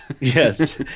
yes